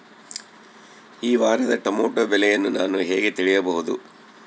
ಈ ವಾರದ ಟೊಮೆಟೊ ಬೆಲೆಯನ್ನು ನಾನು ಹೇಗೆ ತಿಳಿಯಬಹುದು?